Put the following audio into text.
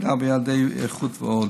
עמידה ביעדי איכות ועוד,